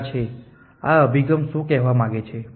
તો આ અભિગમ શું કેહવા માંગે છે